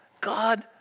God